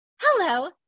hello